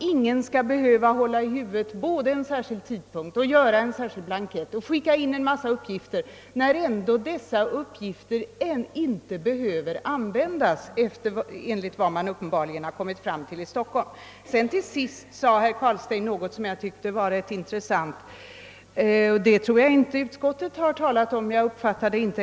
Ingen skall behöva hålla i minnet en särskild tidpunkt, lämna en särskild blankett och skicka in en massa uppgifter när ändå dessa uppgifter inte behöver användas enligt vad man uppenbarligen kommit fram till i Stockholm. Till sist sade herr Carlstein något som jag tyckte var rätt intressant och som jag tror inte har tagits upp av utskottet.